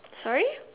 sorry